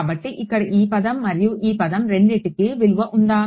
కాబట్టి ఇక్కడ ఈ పదం మరియు ఇక్కడ ఈ పదం రెండింటికీ విలువ ఉందా